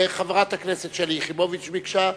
חברת הכנסת שלי יחימוביץ ביקשה.